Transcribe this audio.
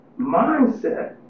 mindset